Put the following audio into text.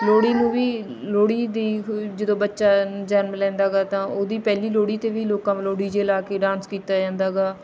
ਲੋਹੜੀ ਨੂੰ ਵੀ ਲੋਹੜੀ ਦੀ ਜਦੋਂ ਬੱਚਾ ਜਨਮ ਲੈਂਦਾ ਗਾ ਤਾਂ ਉਹਦੀ ਪਹਿਲੀ ਲੋਹੜੀ 'ਤੇ ਵੀ ਲੋਕਾਂ ਵੱਲੋਂ ਡੀ ਜੇ ਲਾ ਕੇ ਡਾਂਸ ਕੀਤਾ ਜਾਂਦਾ ਗਾ